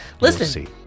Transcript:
Listen